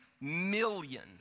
million